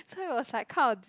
so it was like kind of